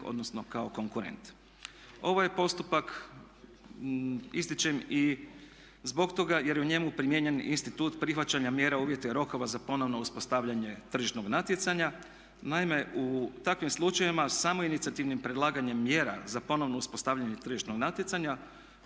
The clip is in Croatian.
odnosno kao konkurent. Ovo je postupak ističem i zbog toga jer je u njemu primijenjen institut prihvaćanja mjera, uvjeta i rokova za ponovno uspostavljanje tržišnog natjecanja. Naime, u takvim slučajevima samo inicijativnim predlaganjem mjera za ponovno uspostavljanje tržišnog natjecanja